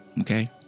okay